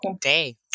day